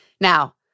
Now